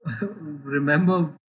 remember